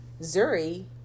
Zuri